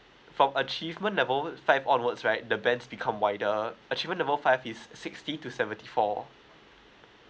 from achievement level five onwards right the band become wider achievement level five is sixty to seventy four